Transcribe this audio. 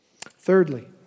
Thirdly